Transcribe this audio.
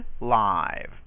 live